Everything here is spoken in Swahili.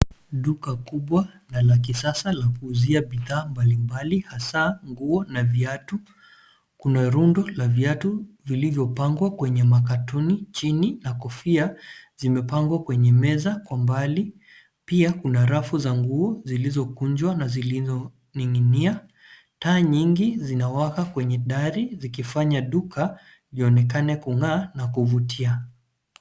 Duka kubwa na la kisasa la kuuzia bidhaa mbalimbali hasa nguo na viatu. Kuna rundo la viatu vilivyopangwa kwenye makatoni chini na kofia zimepangwa kwenye meza mbali. Pia kuna rafu za nguo zilizokunjwa na zilizoning'inia. Taa nyingi zinawaka kwenye dari zikifanya duka ionekane kung'aa na kuvutia.